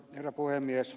herra puhemies